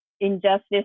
injustice